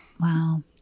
Wow